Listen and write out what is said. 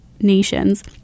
nations